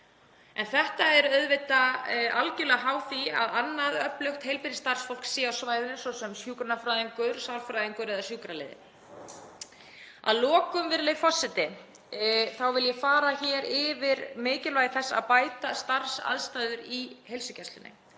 En þetta er auðvitað algerlega háð því að annað öflugt heilbrigðisstarfsfólk sé á svæðinu, svo sem hjúkrunarfræðingur, sálfræðingur eða sjúkraliði. Að lokum, virðulegi forseti, vil ég fara hér yfir mikilvægi þess að bæta starfsaðstæður í heilsugæslunni